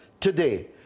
today